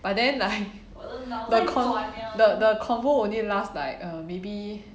but then like the the the convo only last like err maybe